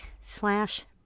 slash